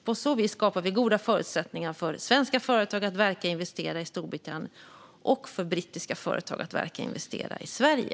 På så vis skapar vi goda förutsättningar för svenska företag att verka och investera i Storbritannien och för brittiska företag att verka och investera i Sverige.